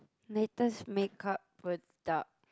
latest make-up product